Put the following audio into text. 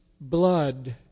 blood